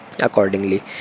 accordingly